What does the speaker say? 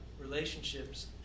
relationships